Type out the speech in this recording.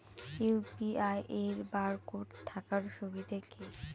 UPI এর barcode থাকার সুবিধে কি?